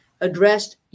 addressed